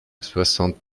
soixante